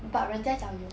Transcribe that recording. but 人家讲有